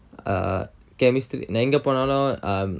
uh chemistry நா எங்க போனாலும்:na enga ponalum um